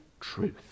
truth